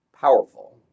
powerful